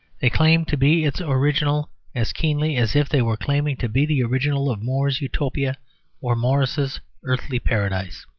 they claim to be its original as keenly as if they were claiming to be the original of more's utopia or morris's earthly paradise.